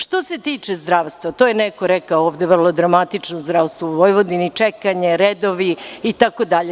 Što se tiče zdravstva, to je rekao neko ovde, vrlo dramatično zdravstvo u Vojvodini, čekanje, redovi itd.